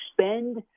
spend